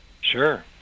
Sure